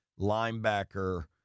linebacker